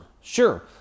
Sure